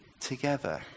together